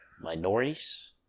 minorities